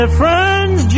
friends